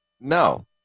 No